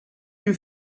you